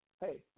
hey